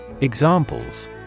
Examples